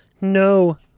no